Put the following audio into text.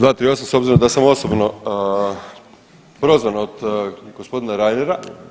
238. s obzirom da sam osobno prozvan od gospodina Reinera.